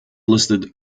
listed